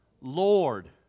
Lord